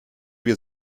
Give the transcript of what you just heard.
wir